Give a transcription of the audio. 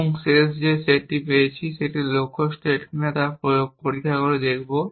এবং শেষ যে স্টেটটি পেয়েছি সেটা লক্ষ্য স্টেট কিনা তা পরীক্ষা করে দেখব